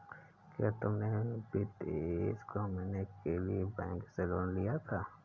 क्या तुमने विदेश घूमने के लिए बैंक से लोन लिया था?